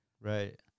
right